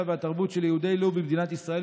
והתרבות של יהודי לוב במדינת ישראל,